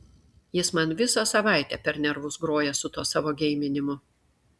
jis man visą savaitę per nervus groja su tuo savo geiminimu